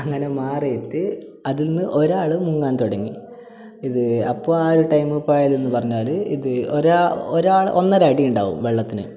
അങ്ങനെ മാറീട്ട് അതിന്ന് ഒരാൾ മുങ്ങാൻ തുടങ്ങി ഇത് അപ്പോൾ ആ ഒരു ടൈമ് പോയതെന്ന് പറഞ്ഞാൽ ഇത് ഒരാ ഒരാള് ഒന്നര അടി ഉണ്ടാവും വെള്ളത്തിന്